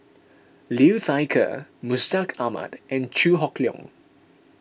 Liu Thai Ker Mustaq Ahmad and Chew Hock Leong